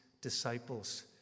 disciples